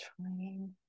trying